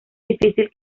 difícil